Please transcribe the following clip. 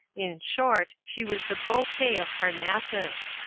in short, she was the bouquet of parnassus!